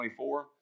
24